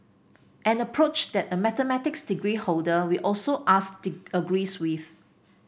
an approach that a mathematics degree holder we also asked agrees with